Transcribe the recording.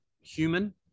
human